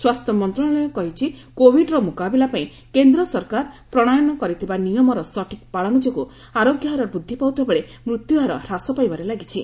ସ୍ୱାସ୍ଥ୍ୟ ମନ୍ତ୍ରଣାଳୟ କହିଛି କୋବିଡର ମୁକାବିଲା ପାଇଁ କେନ୍ଦ୍ର ସରକାର ପ୍ରଶୟନ କରିଥିବା ନିୟମର ସଠିକ୍ ପାଳନ ଯୋଗୁଁ ଆରୋଗ୍ୟ ହାର ବୃଦ୍ଧି ପାଉଥିବା ବେଳେ ମୃତ୍ୟୁହାର ହ୍ରାସ ପାଇବାରେ ଲାଗିଛି